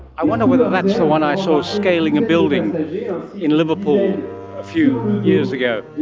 i wonder whether that's the one i saw scaling a building in liverpool a few years ago?